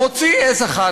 מוציא עז אחת.